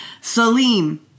Salim